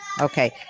Okay